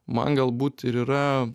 man galbūt ir yra